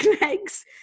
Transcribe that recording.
legs